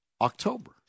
October